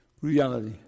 reality